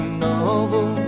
novel